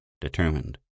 determined